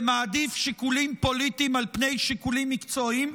ומעדיף שיקולים פוליטיים על פני שיקולים מקצועיים.